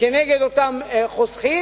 כנגד אותם חוסכים,